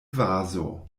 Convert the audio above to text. vazo